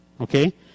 okay